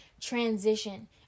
transition